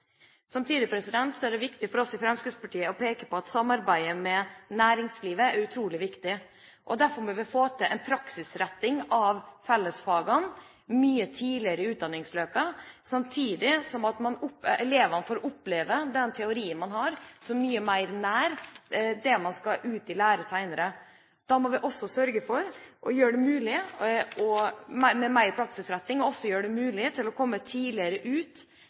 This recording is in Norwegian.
Samtidig er det viktig for oss i Fremskrittspartiet å peke på at samarbeidet med næringslivet er utrolig viktig. Derfor må vi få til en praksisretting av fellesfagene mye tidligere i utdanningsløpet, samtidig som elevene får oppleve den teorien de har, som mye mer nær det de skal ha ute i lære senere. Med mer praksisretting må vi også sørge for å gjøre det mulig å komme tidligere ut i praksis – allerede fra det første året – slik at elevene får mer kompetanse innenfor den praksisen de skal ut